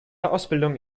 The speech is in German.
ausbildung